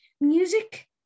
music